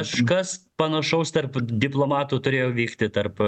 kažkas panašaus tarp diplomatų turėjo vykti tarp